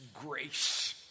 grace